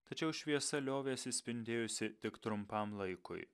tačiau šviesa liovėsi spindėjusi tik trumpam laikui